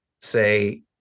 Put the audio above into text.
say